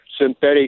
synthetic